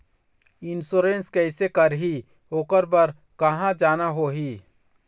Insurance कैसे करही, ओकर बर कहा जाना होही?